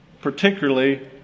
particularly